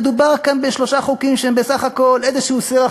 מדובר כאן בשלושה חוקים שהם בסך הכול איזשהו סרח